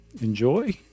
Enjoy